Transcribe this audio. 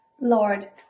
Lord